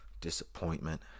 Disappointment